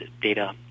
data